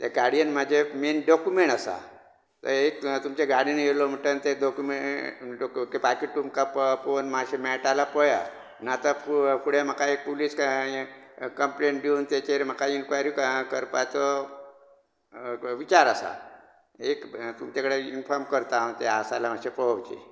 तें गाडयेन म्हजे मेन डॉकूमेंट आसा एक तुमच्या गाडयेन येलो म्हणटगीर तें डॉकूमेंट पाकीट तुमकां मातशें मेळटा जाल्यार पळया नातर म्हाका फुडें एक पुलीस ए ए कंप्लेन दिवन तेचेर म्हाका एनक्वायरी करपाचो विचार आसा एक तुमचे कडेन इंनफॉम करता तें आसा जाल्यार मात्शे पळोवचे